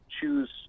choose